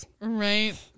Right